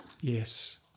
Yes